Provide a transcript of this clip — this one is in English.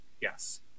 yes